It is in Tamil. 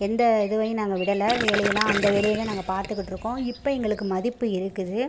எந்த இதுவையும் நாங்கள் விடலை வேலையெல்லாம் அந்த வேலையை தான் நாங்கள் பார்த்துக்கிட்டுருக்கோம் இப்போ எங்களுக்கு மதிப்பு இருக்குது